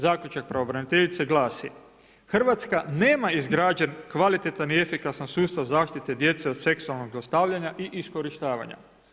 Zaključak pravobraniteljice glasi: „Hrvatska nema izgrađen kvalitetan i efikasan sustav zaštite djece od seksualnog zlostavljanja i iskorištavanja.